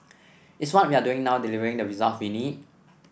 is what we are doing now delivering the results we need